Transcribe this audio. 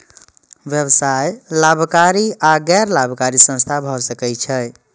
व्यवसाय लाभकारी आ गैर लाभकारी संस्था भए सकै छै